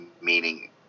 meaning